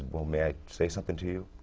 well, may i say something to you?